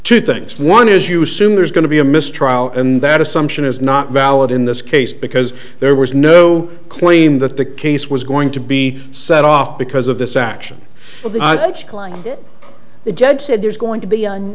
two things one is you assume there's going to be a mistrial and that assumption is not valid in this case because there was no claim that the case was going to be set off because of this action that the judge said there's going to be